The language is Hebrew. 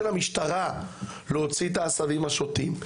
להוציא את העשבים השוטים,